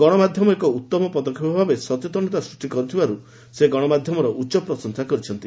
ଗଣମାଧ୍ୟମ ଏକ ଉତ୍ତମ ପଦକ୍ଷେପ ଭାବେ ସଚେତନତା ସୂଷ୍ଟି କରିଥିବାରୁ ସେ ଗଣମାଧ୍ୟମର ଉଚ୍ଚ ପ୍ରଶଂସା କରିଛନ୍ତି